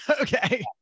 Okay